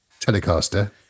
Telecaster